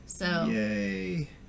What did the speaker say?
Yay